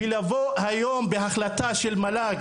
זה לא מקובל לבוא היום בהחלטה של מל"ג